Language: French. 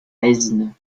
aisne